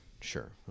Sure